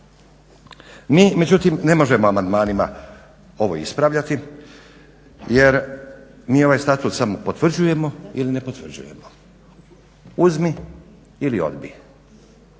Mi međutim ne možemo amandmanima ovo ispravljati jer mi ovaj statut samo potvrđujemo ili ne potvrđujemo. Uzmi ili odbij.